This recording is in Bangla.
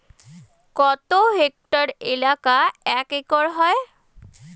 কত হেক্টর এলাকা এক একর হয়?